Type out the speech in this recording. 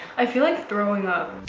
i feel like throwing up